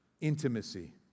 Intimacy